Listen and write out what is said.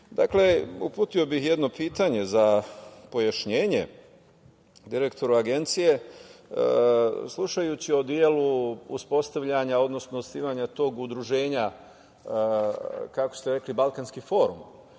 način. Uputio bih jedno pitanje za pojašnjenje direktoru Agencije. Slušajući o delu uspostavljanja, odnosno osnivanja tog udruženja, kako ste rekli, Balkanski forum,